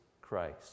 christ